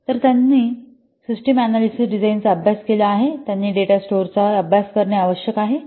तर ज्यांनी system analysis design चा अभ्यास केला आहे त्यांनी डेटा स्टोअरचा अभ्यास करणे आवश्यक आहे